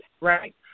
right